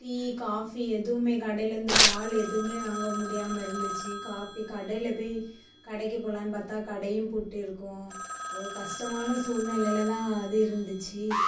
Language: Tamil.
டீ காஃபி எதுவுமே கடையில் இருந்து பால் எதுவுமே வாங்க முடியாமல் இருந்துச்சு காபி கடையில் போய் கடைக்கு போகலானு பார்த்தா கடையும் பூட்டி இருக்கும் ஒரு கஷ்டமான சூழ்நிலைல தான் அது இருந்துச்சு